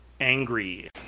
angry